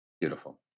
Beautiful